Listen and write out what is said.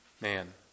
Man